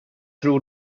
tro